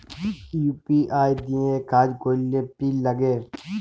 UPI দিঁয়ে কাজ ক্যরলে পিল লাগে